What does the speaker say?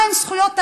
מהן זכויות האדם?